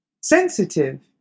Sensitive